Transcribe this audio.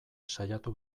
saiatu